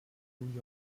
new